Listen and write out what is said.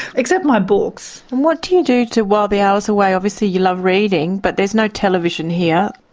except my books. what do you do to while the hours away? obviously you love reading, but there's no television here.